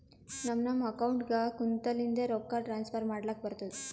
ನಮ್ ನಮ್ ಅಕೌಂಟ್ಗ ಕುಂತ್ತಲಿಂದೆ ರೊಕ್ಕಾ ಟ್ರಾನ್ಸ್ಫರ್ ಮಾಡ್ಲಕ್ ಬರ್ತುದ್